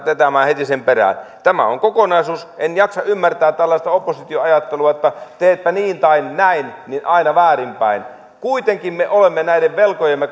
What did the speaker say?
vetämään heti sen perään tämä on kokonaisuus en jaksa ymmärtää tällaista oppositioajattelua että teetpä niin tai näin niin aina väärin päin kuitenkin me olemme näiden velkojemme